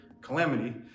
calamity